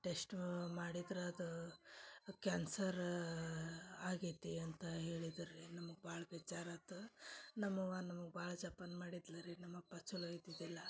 ಆ ಟೆಶ್ಟೂ ಮಾಡಿದ್ರೆ ಅದು ಕ್ಯಾನ್ಸರ್ ಆಗೈತಿ ಅಂತ ಹೇಳಿದ್ರು ರೀ ನಮ್ಗೆ ಭಾಳ ಬೇಜಾರಾತು ನಮ್ಮವ್ವ ನಮಗೆ ಭಾಳ ಜೋಪಾನ ಮಾಡಿದ್ಲು ರೀ ನಮ್ಮಪ್ಪ ಚಲೋ ಇದ್ದಿದ್ದಿಲ್ಲ